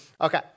Okay